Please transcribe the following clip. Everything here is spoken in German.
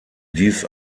dies